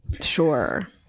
Sure